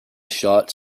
shots